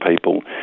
people